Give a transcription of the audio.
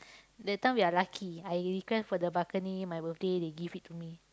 that time we are lucky I request for the balcony my birthday they give it to me